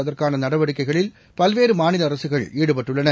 அதற்கானநடவடிக்கைகளில் பல்வேறுமாநில அரசுகள் ஈடுபட்டுள்ளன